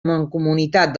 mancomunitat